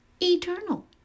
eternal